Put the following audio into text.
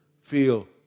feel